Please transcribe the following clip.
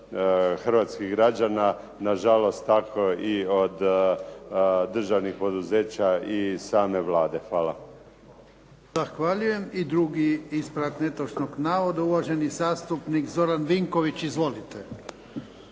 hrvatskih građana, nažalost tako i od državnih poduzeća i same Vlade. Hvala. **Jarnjak, Ivan (HDZ)** Zahvaljujem. I drugi ispravak netočnog navoda, uvaženi zastupnik Zoran Vinković. Izvolite.